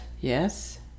Yes